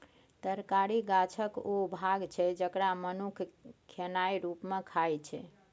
तरकारी गाछक ओ भाग छै जकरा मनुख खेनाइ रुप मे खाइ छै